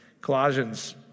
Colossians